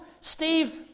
Steve